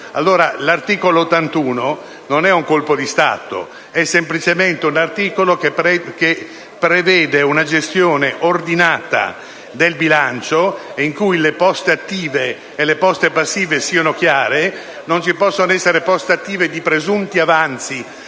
Costituzione non è un colpo di Stato: è semplicemente una norma che prevede una gestione ordinata del bilancio, in cui le poste attive e le poste passive siano chiare. Non ci possono essere poste attive di presunti avanzi,